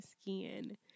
skin